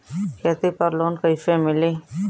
खेती पर लोन कईसे मिली?